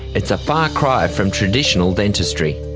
it's a far cry from traditional dentistry.